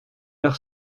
heure